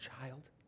Child